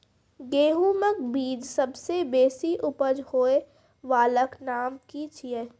गेहूँमक बीज सबसे बेसी उपज होय वालाक नाम की छियै?